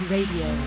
Radio